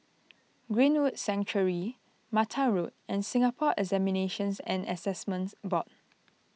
Greenwood Sanctuary Mattar Road and Singapore Examinations and Assessment Board